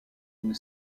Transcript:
une